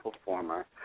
performer